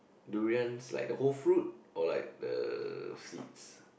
durians like the whole fruit or like the seeds